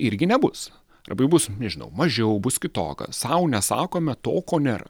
irgi nebus labai bus nežinau mažiau bus kitoks sau nesakome to ko nėra